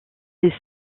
est